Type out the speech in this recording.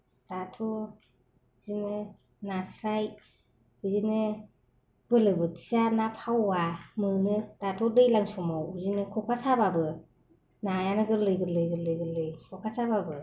दाथ' बिदिनो नास्राय बिदिनो बोलो बुथिया ना फावा मोनो दाथ' दैलां समाव बिदिनो खखा साबाबो नायानो गोर्लै गोर्लै गोर्लै गोर्लै खखा साबाबो